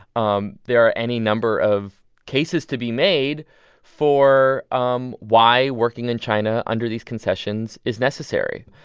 um there are any number of cases to be made for um why working in china under these concessions is necessary.